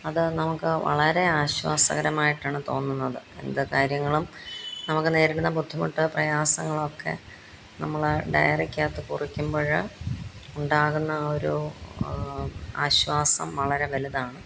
അത് നമുക്ക് വളരെ ആശ്വാസകരമായിട്ടാണ് തോന്നുന്നത് എന്ത് കാര്യങ്ങളും നമുക്ക് നേരിടുന്ന ബുദ്ധിമുട്ട് പ്രയാസങ്ങളും ഒക്കെ നമ്മൾ ഡയറിക്കകത്ത് കുറിക്കുമ്പോൾ ഉണ്ടാകുന്ന ആ ഒരു ആശ്വാസം വളരെ വലുതാണ്